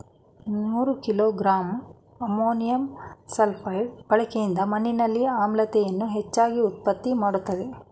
ನೂರು kilogram ammonium sulphate ಬಳಕೆಯಿಂದ ಮಣ್ಣಿನಲ್ಲಿ ಆಮ್ಲೀಯತೆಯನ್ನು ಹೆಚ್ಚಾಗಿ ಉತ್ಪತ್ತಿ ಮಾಡ್ತದೇ